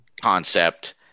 concept